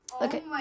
okay